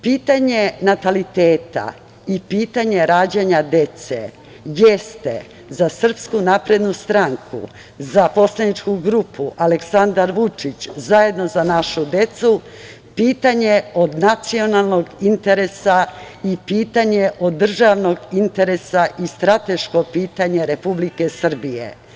Pitanje nataliteta i pitanje rađanja dece jeste za SNS, za Poslaničku grupu Aleksandar Vučić – Za našu decu pitanje od nacionalnog interesa i pitanje od državnog interesa i strateško pitanje Republike Srbije.